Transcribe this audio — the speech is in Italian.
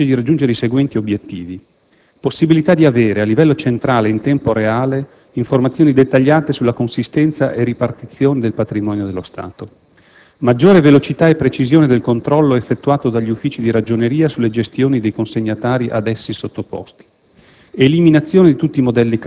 Il sistema GECO si prefigge di raggiungere i seguenti obiettivi: possibilità di avere, a livello centrale ed in tempo reale, informazioni dettagliate sulla consistenza e sulla ripartizione del patrimonio dello Stato; maggiore velocità e precisione del controllo effettuato dagli Uffici di Ragioneria sulle gestioni dei consegnatari ad essi sottoposti;